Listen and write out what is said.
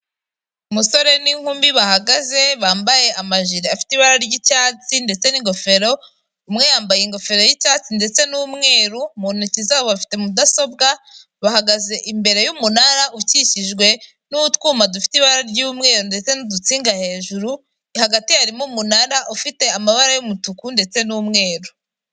Umusore n'inkumi bahagaze, bambaye amajire afite ibara ry'icyatsi ndetse n'ingofero, umwe yambaye ingofero y'icyatsi ndetse n'umweru, mu ntoki zabo bafite mudasobwa, bahagaze imbere y'umunara ukikijwe n'utwuma dufite ibara ry'umweru ndetse n'udutsinga hejuru, hagati harimo umunara ufite amabara y'umutuku ndetse n'umweru.